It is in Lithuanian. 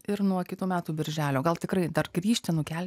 ir nuo kitų metų birželio gal tikrai dar grįžti nukelti